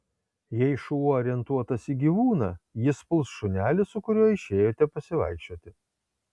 jei šuo orientuotas į gyvūną jis puls šunelį su kuriuo išėjote pasivaikščioti